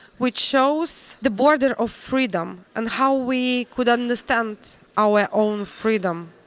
which shows the border of freedom and how we could understand our own freedom.